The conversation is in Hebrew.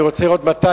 אני רוצה לראות מתי.